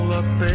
up